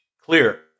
clear